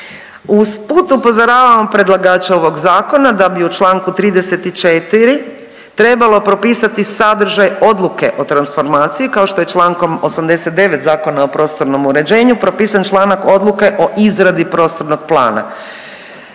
Usput upozoravam predlagača ovoga zakona da bi u članku 34. trebalo propisati sadržaj odluke o transformaciji kao što je člankom 89. Zakona o prostornom uređenju propisan članak odluke o izradi prostornog plana.